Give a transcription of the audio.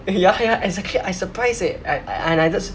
ya ya exactly I surprise eh I I just